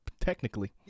Technically